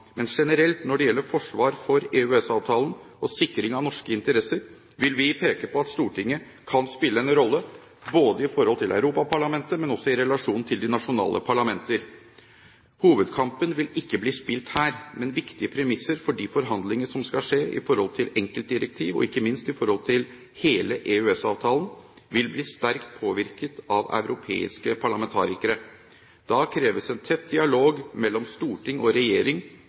men generelt når det gjelder forsvar for EØS-avtalen og sikring av norske interesser, vil vi peke på at Stortinget kan spille en rolle både i forhold til Europaparlamentet og også i relasjon til de nasjonale parlamenter. Hovedkampen vil ikke bli spilt her, men viktige premisser for de forhandlingene som skal skje i forhold til enkeltdirektiv og ikke minst i forhold til hele EØS-avtalen, vil bli sterkt påvirket av europeiske parlamentarikere. Da kreves en tett dialog mellom storting og regjering